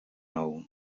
nou